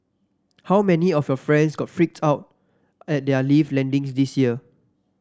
how many of your friends got freaked out at their lift landings this year